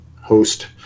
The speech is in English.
host